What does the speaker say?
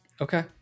Okay